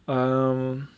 um